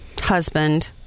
husband